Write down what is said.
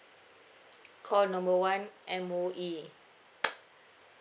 call number one M_O_E